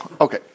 Okay